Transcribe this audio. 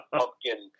pumpkin